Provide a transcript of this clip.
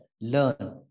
Learn